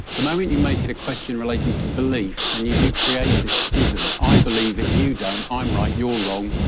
the moment you make it a question relating to belief then you do create this schism i believe it, you don't, i'm right, you're wrong,